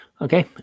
Okay